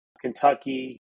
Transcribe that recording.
Kentucky